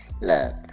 look